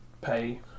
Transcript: pay